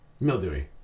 Mildewy